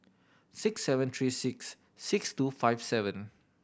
six seven three six six two five seven